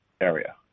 area